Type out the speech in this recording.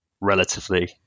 relatively